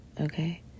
okay